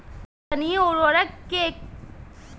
नेत्रजनीय उर्वरक के केय किस्त में डाले से बहुत लाभदायक होला?